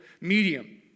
medium